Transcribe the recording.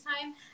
time